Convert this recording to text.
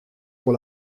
pour